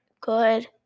good